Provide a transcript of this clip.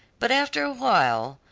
but after a while,